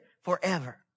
forever